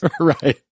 Right